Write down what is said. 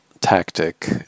tactic